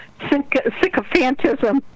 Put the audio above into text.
Sycophantism